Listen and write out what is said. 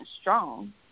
strong